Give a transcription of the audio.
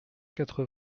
quatre